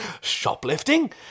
Shoplifting